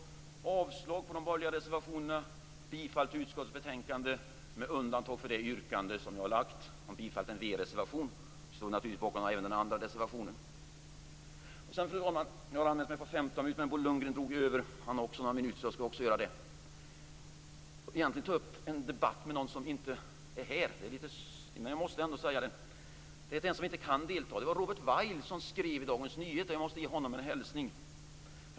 Jag yrkar avslag på de borgerliga reservationerna och bifall till hemställan i utskottets betänkande, med undantag för det yrkande jag har gjort om bifall till en v-reservation. Vi står naturligtvis bakom även den andra reservationen. Fru talman! Jag har anmält mig för 15 minuter, men Bo Lundgren drog över några minuter, så jag skall också göra det. Jag vill egentligen ta upp en debatt med någon som inte är här. Det är lite synd, men jag måste ändå säga det. Det är till en som inte kan delta. Det var Robert Weil som skrev i Dagens Nyheter. Jag måste ge honom en hälsning.